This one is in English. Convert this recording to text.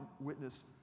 witness